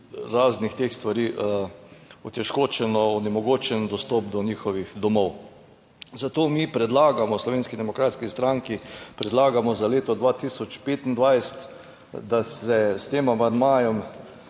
raznih teh stvari otežkočeno, onemogočen dostop do njihovih domov. Zato mi predlagamo, v Slovenski demokratski stranki predlagamo za leto 2025, da se s tem amandmajem